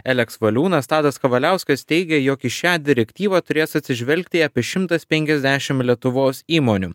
eleks valiūnas tadas kavaliauskas teigė jog į šią direktyvą turės atsižvelgti apie šimtas penkiasdešimt lietuvos įmonių